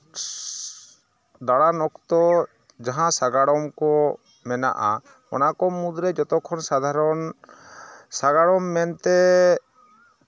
ᱫᱟᱬᱟᱱ ᱚᱠᱛᱚ ᱡᱟᱦᱟᱸ ᱥᱟᱜᱟᱲᱚᱢ ᱠᱚ ᱢᱮᱱᱟᱜᱼᱟ ᱚᱱᱟ ᱠᱚ ᱢᱩᱫᱽᱨᱮ ᱡᱚᱛᱚ ᱠᱷᱚᱱ ᱥᱟᱫᱷᱟᱨᱚᱱ ᱥᱟᱜᱟᱲᱚᱢ ᱢᱮᱱᱛᱮ